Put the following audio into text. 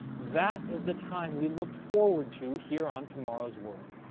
that is the time we look forward to hear on tomorrow's world.